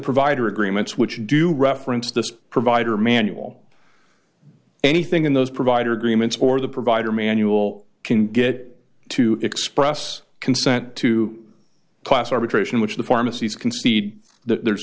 provider agreements which do reference this provider manual anything in those provider agreements or the provider manual can get to express consent to class arbitration which the pharmacy's concede that there's